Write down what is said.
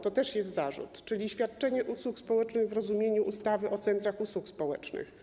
To też jest zarzut, czyli świadczenie usług społecznych w rozumieniu ustawy o centrach usług społecznych.